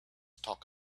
talk